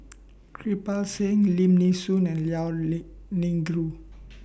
Kirpal Singh Lim Nee Soon and Liao Lee Yingru